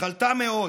חלתה מאוד.